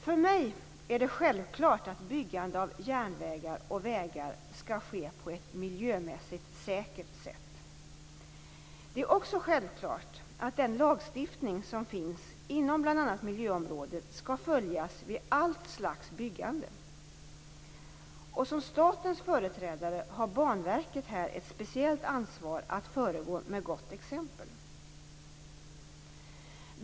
För mig är det självklart att byggande av järnvägar och vägar skall ske på ett miljömässigt säkert sätt. Det är även självklart att den lagstiftning som finns inom bl.a. miljöområdet skall följas vid allt slags byggande. Som statens företrädare har Banverket här ett speciellt ansvar att föregå med gott exempel.